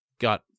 got